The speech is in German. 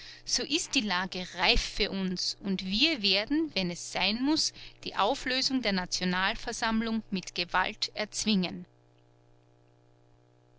so ist die lage reif für uns und wir werden wenn es sein muß die auflösung der nationalversammlung mit gewalt erzwingen